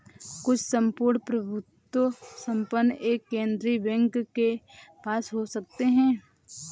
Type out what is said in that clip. कुछ सम्पूर्ण प्रभुत्व संपन्न एक केंद्रीय बैंक के पास हो सकते हैं